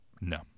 No